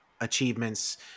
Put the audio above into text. achievements